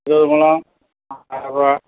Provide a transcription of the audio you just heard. ஏழு மொழம் ஆயர்ரூபா